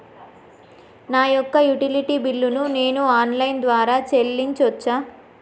నా యొక్క utility bill ను నేను ఆన్ లైన్ ద్వారా చెల్లించొచ్చా?